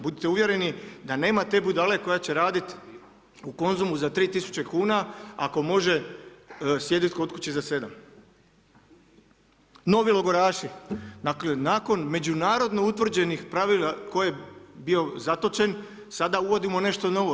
Budite uvjereni da nema te budale koja će raditi u Konzumu za 3 000 kuna ako može sjediti kod kuće za 7. Novi logoraši, nakon međunarodno utvrđenih pravila tko je bio zatočen, sada uvodimo nešto novo.